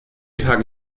tage